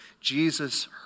Jesus